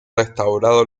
restaurado